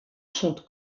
sûnt